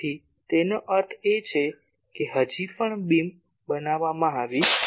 તેથી તેનો અર્થ એ છે કે હજી પણ બીમ બનાવવામાં આવી નથી